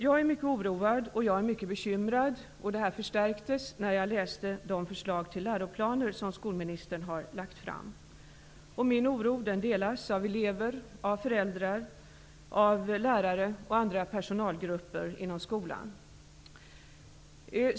Jag är mycket oroad och bekymrad, och min oro förstärktes när jag läste de förslag till läroplaner som skolministern har lagt fram. Min oro delas av elever och föräldrar, av lärare och andra personalgrupper inom skolan.